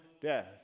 death